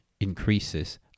increases